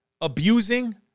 abusing